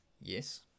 Yes